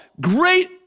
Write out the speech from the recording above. great